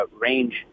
range